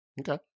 Okay